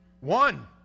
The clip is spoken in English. One